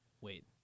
wait